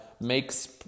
makes